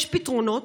יש פתרונות,